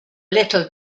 little